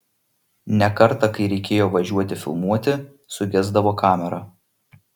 ne kartą kai reikėjo važiuoti filmuoti sugesdavo kamera